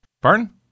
Pardon